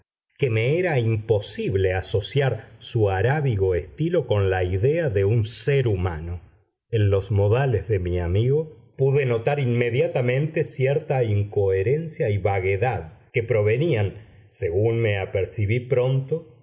que me era imposible asociar su arábigo estilo con la idea de un ser humano en los modales de mi amigo pude notar inmediatamente cierta incoherencia y vaguedad que provenían según me apercibí pronto